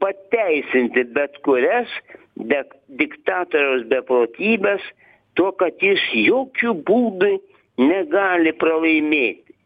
pateisinti bet kurias bet diktatoriaus beprotybes tuo kad jis jokiu būdu negali pralaimėti